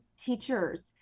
teachers